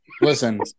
Listen